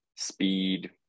Speed